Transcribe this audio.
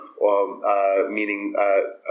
meaning